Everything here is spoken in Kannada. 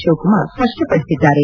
ಶಿವಕುಮಾರ್ ಸಪ್ಪಪಡಿಸಿದ್ದಾರೆ